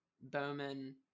Bowman